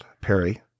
Perry